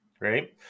right